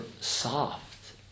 soft